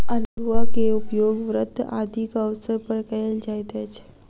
अउलुआ के उपयोग व्रत आदिक अवसर पर कयल जाइत अछि